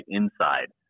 inside